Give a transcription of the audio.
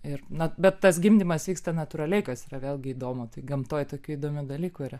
ir na bet tas gimdymas vyksta natūraliai kas yra vėlgi įdomu tai gamtoj tokių įdomių dalykų yra